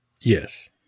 Yes